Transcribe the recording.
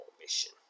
mission